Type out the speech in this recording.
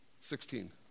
Sixteen